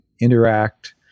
interact